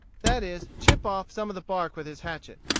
that is, chip off some of the bark with his hatchet.